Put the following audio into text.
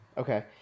Okay